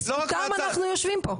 בזכותם אנחנו יושבים פה.